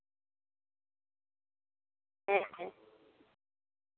ᱦᱮᱸ ᱦᱮᱸ